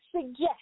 suggest